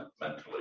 mentally